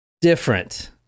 different